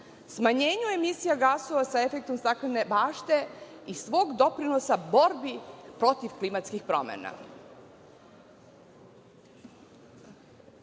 smanjenju emisija gasova sa efektom staklene bašte i svog doprinosa borbi protiv klimatskih promena. Sada